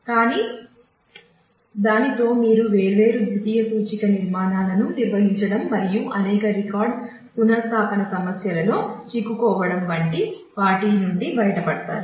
కానీ దానితో మీరు వేర్వేరు ద్వితీయ సూచిక నిర్మాణాలను నిర్వహించడం మరియు అనేక రికార్డ్ పునః స్థాపన సమస్యలలో చిక్కుకోవడం వంటి వాటి నుండి బయటపడతారు